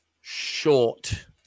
Short